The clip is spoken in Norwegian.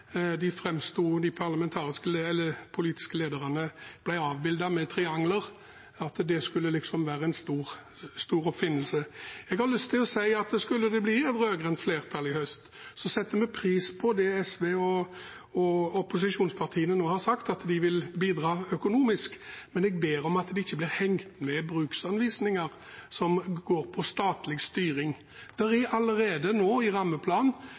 De politiske lederne ble avbildet med triangler, og det skulle liksom være en stor oppfinnelse. Jeg har lyst til å si at skulle det bli et rød-grønt flertall i høst, setter vi pris på det SV og de andre opposisjonspartiene nå har sagt, at de vil bidra økonomisk, men jeg ber om at det ikke blir lagt ved bruksanvisninger som går på statlig styring. Det er allerede nå i rammeplanen